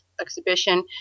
Exhibition